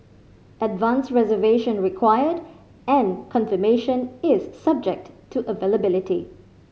advance reservation required and confirmation is subject to availability